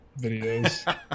videos